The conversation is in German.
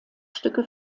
stücke